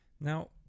Now